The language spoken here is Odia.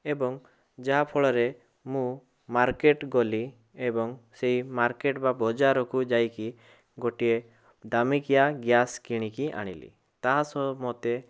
ଏବଂ ଯାହାଫଳରେ ମୁଁ ମାର୍କେଟ୍ ଗଲି ଏବଂ ସେଇ ମାର୍କେଟ୍ ବା ବଜାରକୁ ଯାଇକି ଗୋଟିଏ ଦାମିକିଆ ଗ୍ୟାସ୍ କିଣିକି ଆଣିଲି ତା ସହ ମୋତେ